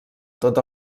tot